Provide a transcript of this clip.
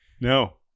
No